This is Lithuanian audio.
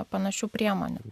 panašių priemonių